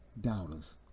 Doubters